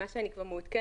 ממה שאני כבר מעודכנת,